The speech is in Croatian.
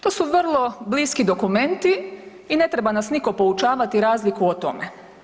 To su vrlo bliski dokumenti i ne treba nas niko poučavati razliku o tome.